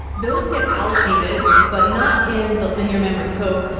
those get allocated but not in the linear memory. so,